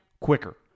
quicker